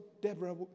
Deborah